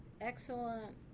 excellent